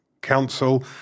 council